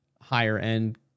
higher-end